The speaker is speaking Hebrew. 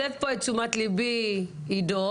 מסב את תשומת לבי עידו